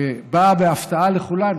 שבאה בהפתעה לכולנו,